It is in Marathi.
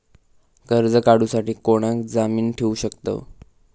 कर्ज काढूसाठी कोणाक जामीन ठेवू शकतव?